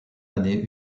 année